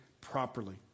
properly